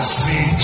see